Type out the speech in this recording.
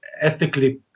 ethically